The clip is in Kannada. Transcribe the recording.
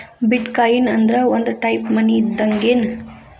ಬಿಟ್ ಕಾಯಿನ್ ಅಂದ್ರ ಒಂದ ಟೈಪ್ ಮನಿ ಇದ್ದಂಗ್ಗೆನ್